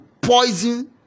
poison